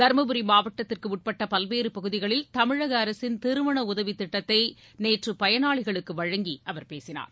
தருமபுரி மாவட்டத்திற்குட்பட்ட பல்வேறு பகுதிகளில் தமிழக அரசின் திருமண உதவி திட்டத்தை நேற்று பயனாளிகளுக்கு வழங்கி அவர் பேசினார்